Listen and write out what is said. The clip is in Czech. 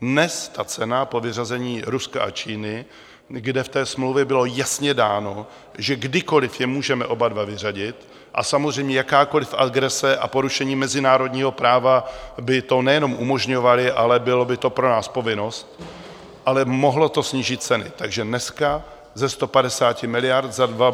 Dnes ta cena po vyřazení Ruska a Čína, kde v té smlouvě bylo jasně dáno, že kdykoliv je můžeme oba dva vyřadit, a samozřejmě jakákoliv agrese a porušení mezinárodního práva by to nejenom umožňovaly, ale byla by to pro nás povinnost, ale mohlo to snížit ceny, takže dneska ze 150 miliard za dva